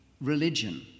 religion